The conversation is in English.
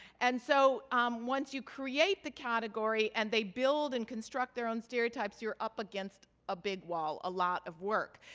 and so um once you create the category and they build and construct their own stereotypes, you're up against a big wall, a lot of work.